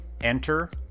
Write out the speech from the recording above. Enter